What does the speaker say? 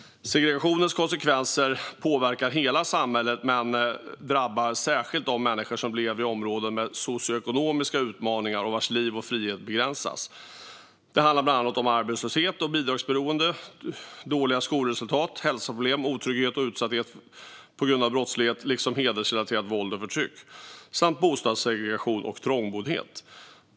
Segregationens konsekvenser påverkar hela samhället men drabbar särskilt de människor som lever i områden med socioekonomiska utmaningar och vars liv och frihet begränsas. Det handlar bland annat om arbetslöshet och bidragsberoende, dåliga skolresultat, hälsoproblem, otrygghet och utsatthet på grund av brottslighet liksom hedersrelaterat våld och förtryck samt bostadssegregation och trångboddhet.